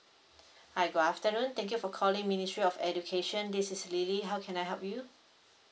hi good afternoon thank you for calling ministry of education this is lily how can I help you